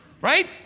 Right